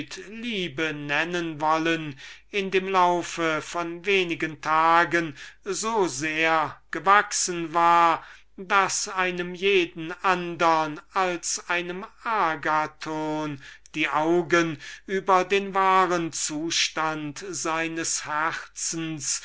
in dem lauf von wenigen tagen so sehr zugenommen hatte daß einem jeden andern als einem agathon die augen über den wahren zustand seines herzens